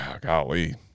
golly